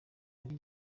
ari